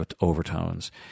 overtones